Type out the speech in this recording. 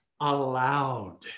allowed